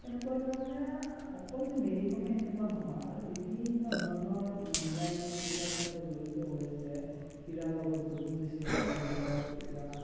এনেকুৱাকৈ মানে অকল যে মেৰি কমেই এনেকুৱা নহয় বিভিন্ন ধৰণৰ মহিলাই মানে ক্ৰীড়াৰ সৈতে জড়িত হৈ আছে ক্ৰীড়াৰ লগত যোগ দিছে ধৰি লওক এতিয়া